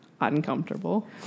uncomfortable